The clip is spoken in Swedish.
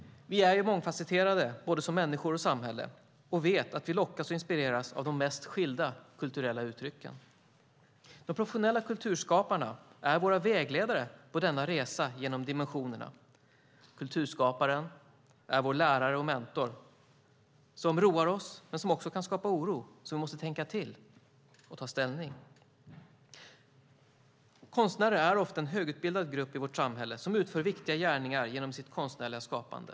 Vi är mångfacetterade både som människor och samhälle och vet att vi lockas och inspireras av de mest skilda kulturella uttrycken. De professionella kulturskaparna är våra vägledare på denna resa genom dimensionerna. Kulturskaparen är vår lärare och mentor som roar oss men som också kan skapa oro så att vi måste tänka till och ta ställning. Konstnärer är en ofta högutbildad grupp i vårt samhälle som utför viktiga gärningar genom sitt konstnärliga skapande.